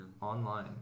online